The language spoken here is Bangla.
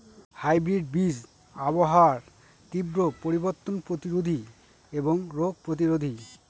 হাইব্রিড বীজ আবহাওয়ার তীব্র পরিবর্তন প্রতিরোধী এবং রোগ প্রতিরোধী